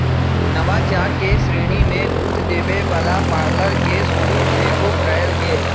नवाचार के श्रेणी में दूध देबे वला पार्लर के शुरु सेहो कएल गेल